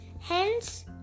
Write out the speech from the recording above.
Hence